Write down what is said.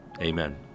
Amen